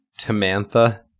Tamantha